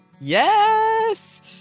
Yes